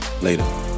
later